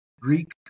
Greek